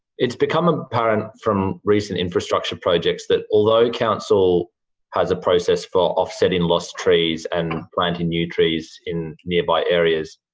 it's become apparent from recent infrastructure projects that, although council has a process for offsetting lost trees and planting new trees in nearby areas,